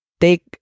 take